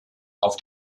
auf